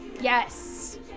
Yes